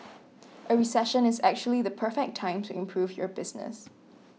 a recession is actually the perfect time to improve your business